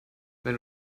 wenn